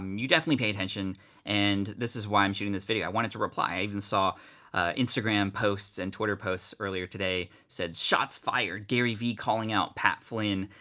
you definitely pay attention and this is why i'm shooting this video. i wanted to reply, i even saw instagram posts and twitter posts earlier today, it said, shots fired! gary vee calling out pat flynn.